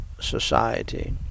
Society